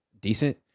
decent